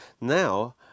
now